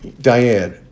Diane